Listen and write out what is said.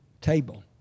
table